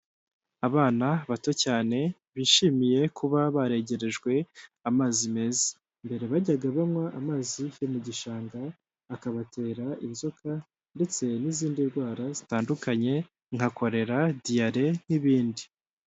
Abana bato cyane bishimiye kuba baregerejwe amazi meza, mbere bajyaga banywa amazi yo mu gishanga akabatera inzoka ndetse n'izindi ndwara zitandukanye nka korera diyare n'izindi.